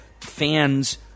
fans